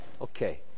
Okay